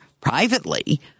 privately